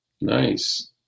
Nice